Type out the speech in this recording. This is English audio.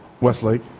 Westlake